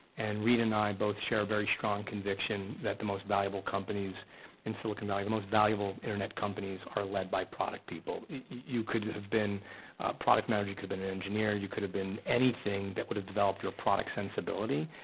and reid and i both share a very strong conviction that the most valuable companies in silicon valley, the most valuable internet companies, are lead by product people. you could have been a product manager. you could've been an engineer. you could have been anything that would have developed your product sensibility,